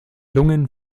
lungen